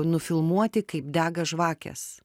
nufilmuoti kaip dega žvakės